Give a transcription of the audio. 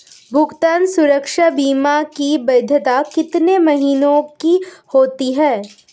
भुगतान सुरक्षा बीमा की वैधता कितने महीनों की होती है?